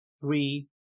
Three